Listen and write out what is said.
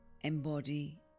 embody